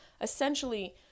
essentially